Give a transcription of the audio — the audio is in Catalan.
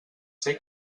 ser